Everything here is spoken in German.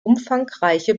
umfangreiche